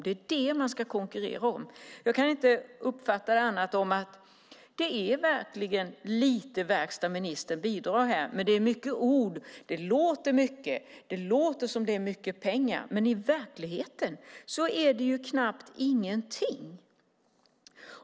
Det är dem man ska konkurrera om. Jag kan inte uppfatta det som annat än att det verkligen är lite verkstad som ministern bidrar med här, men det är mycket ord. Det låter mycket. Det låter som att det är mycket pengar, men i verkligheten är det knappt någonting.